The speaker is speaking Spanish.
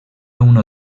uno